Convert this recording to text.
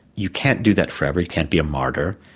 you can't do that forever, you can't be a martyr.